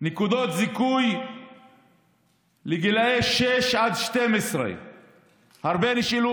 נקודות זיכוי לגילי 6 12. הרבה שאלו